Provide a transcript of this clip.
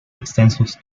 extensos